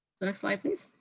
next slide, please.